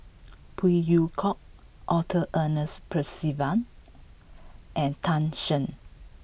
Phey Yew Kok Arthur Ernest Percival and Tan Shen